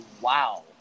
wow